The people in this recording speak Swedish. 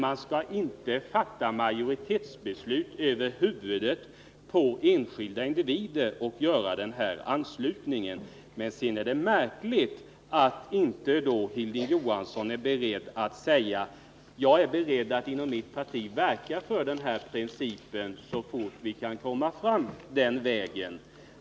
Man skall inte fatta majoritetsbeslut över huvudet på enskilda individer om sådan här anslutning inom facket. Jag tycker det är märkligt att Hilding Johansson inte vill säga att han är beredd att inom sitt parti verka för den här principen om kollektivanslutningens avskaffande så fort man kan komma fram på den vägen.